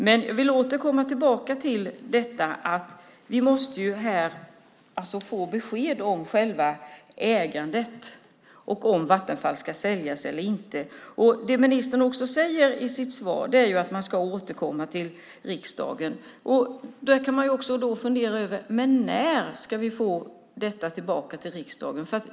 Jag vill återkomma till att vi måste få besked om själva ägandet och om Vattenfall ska säljas eller inte. Det ministern säger i sitt svar är att man ska återkomma till riksdagen. Man kan fundera över när vi ska få detta tillbaka till riksdagen.